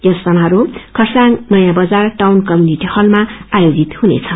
यस समारोह खरसाङ नयाँ बजार आउन कम्यूनिटि हलमा आयोजित हुनेछ